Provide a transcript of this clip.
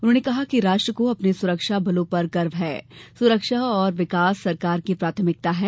उन्होंने कहा कि राष्ट्र को अपने सुरक्षाबलों पर गर्व है सुरक्षा और विकास सरकार की प्राथमिकता है